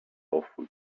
awful